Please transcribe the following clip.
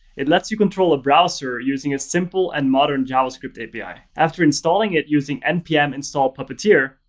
it lets you control a browser using a simple and modern javascript api. after installing it using npm install puppeteer,